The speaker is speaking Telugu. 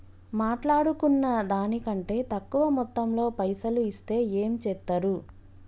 మాట్లాడుకున్న దాని కంటే తక్కువ మొత్తంలో పైసలు ఇస్తే ఏం చేత్తరు?